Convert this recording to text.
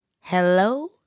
Hello